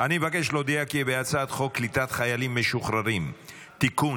אני מבקש להודיע כי בהצעת חוק קליטת חיילים משוחררים (תיקון,